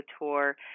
tour